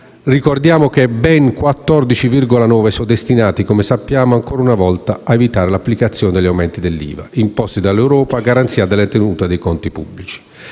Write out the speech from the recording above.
miliardi di euro, ben 14,9 sono destinati ancora una volta a evitare l'applicazione degli aumenti dell'IVA, imposti dall'Europa a garanzia della tenuta dei conti pubblici.